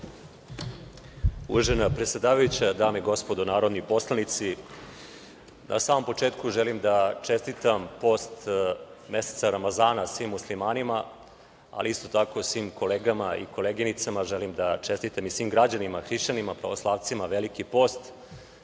Uvažena predsedavajuća, dame i gospodo narodni poslanici, na samom početku želim da čestitam post meseca Ramazana svim muslimanima, ali isto tako svim kolegama i koleginicama želim da čestitam i svim građanima hrišćanima, pravoslavcima veliki post,